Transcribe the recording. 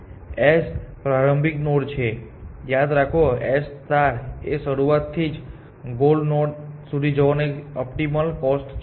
તેથી s પ્રારંભિક nodes છે અને યાદ રાખો કે s એ શરૂઆતથી ગોલ નોડ સુધી જવાનો એક ઓપ્ટિમલ કોસ્ટ છે